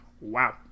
Wow